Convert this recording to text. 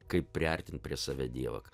kaip priartint prie save dievą